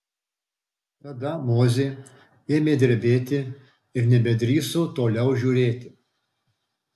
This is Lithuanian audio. tada mozė ėmė drebėti ir nebedrįso toliau žiūrėti